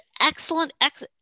excellent